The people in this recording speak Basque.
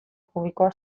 fobikoa